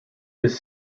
this